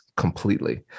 completely